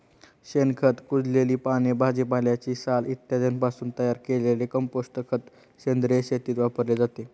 शेणखत, कुजलेली पाने, भाजीपाल्याची साल इत्यादींपासून तयार केलेले कंपोस्ट खत सेंद्रिय शेतीत वापरले जाते